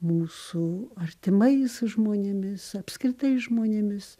mūsų artimais žmonėmis apskritai žmonėmis